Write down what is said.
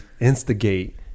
instigate